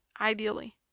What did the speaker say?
ideally